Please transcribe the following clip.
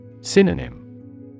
Synonym